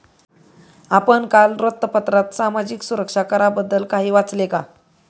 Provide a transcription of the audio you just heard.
आपण काल वृत्तपत्रात सामाजिक सुरक्षा कराबद्दल काही वाचले का?